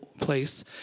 place